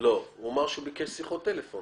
לא, הוא אמר שהוא ביקש שיחות טלפון.